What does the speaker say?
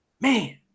Man